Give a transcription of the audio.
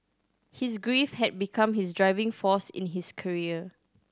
his grief had become his driving force in his career